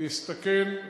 אני אסתכן,